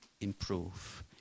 improve